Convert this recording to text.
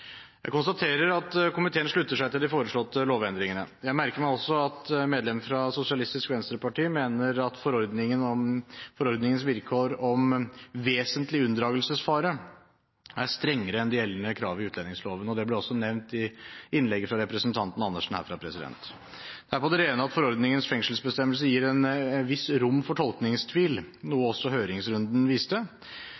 Jeg konstaterer at komiteen slutter seg til de foreslåtte lovendringene. Jeg merker meg også at medlemmet fra Sosialistisk Venstreparti mener at forordningens vilkår om vesentlig unndragelsesfare er strengere enn de gjeldende krav i utlendingsloven, og det ble også nevnt i innlegget fra representanten Karin Andersen herfra. Det er på det rene at forordningens fengselsbestemmelse gir et visst rom for tolkningstvil, noe